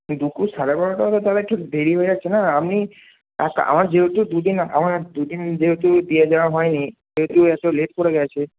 দুপুর সাড়ে বারোটা হলে তাহলে একটু দেরি হয়ে যাচ্ছে না আপনি এক আমার যেহেতু দুদিন আমাকে দুদিন যেহেতু দিয়ে যাওয়া হয়নি সেহেতু এত লেট করে গেছে